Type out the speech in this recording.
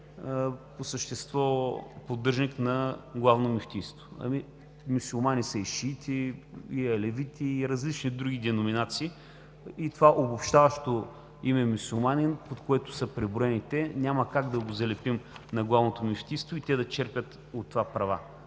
по същество поддръжник на Главното мюфтийство. Мюсюлмани са и шиити, и алевити и различни други деноминации, и това обобщаващо име „мюсюлманин“, под което са преброени те, няма как да го залепим на Главното мюфтийство и те да черпят от това права.